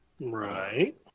Right